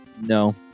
No